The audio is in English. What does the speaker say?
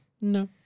No